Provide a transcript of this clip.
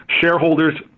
Shareholders